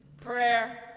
prayer